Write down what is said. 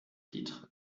titre